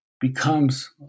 becomes